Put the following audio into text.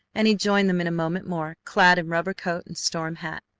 and he joined them in a moment more, clad in rubber coat and storm hat.